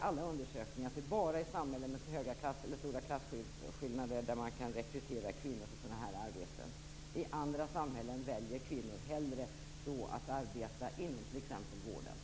Alla undersökningar visar att det bara är i samhällen med stora klasskillnader som man kan rekrytera kvinnor till sådana här arbeten. I andra samhällen väljer kvinnor hellre att arbeta inom t.ex. vården.